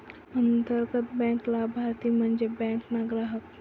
अंतर्गत बँक लाभारती म्हन्जे बँक ना ग्राहक